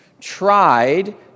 tried